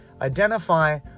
Identify